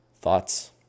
Thoughts